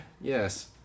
yes